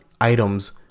items